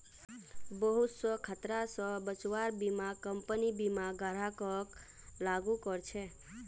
बहुत स खतरा स बचव्वार बीमा कम्पनी बीमा ग्राहकक लागू कर छेक